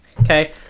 Okay